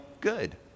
good